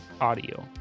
Audio